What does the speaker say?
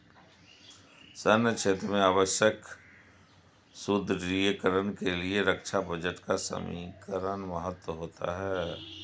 सैन्य क्षेत्र में आवश्यक सुदृढ़ीकरण के लिए रक्षा बजट का सामरिक महत्व होता है